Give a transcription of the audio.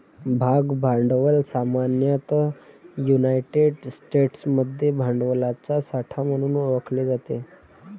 भाग भांडवल सामान्यतः युनायटेड स्टेट्समध्ये भांडवलाचा साठा म्हणून ओळखले जाते